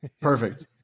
Perfect